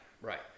right